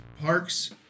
parks